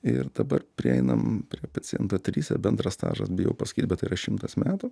ir dabar prieinam prie paciento trise bendras stažas bijau pasakyt bet tai yra šimtas metų